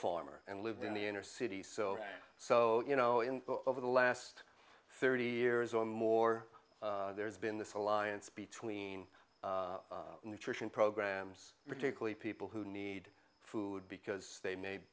farmer and lived in the inner city so so you know in over the last thirty years or more there's been this alliance between nutrition programs particularly people who need food because they ma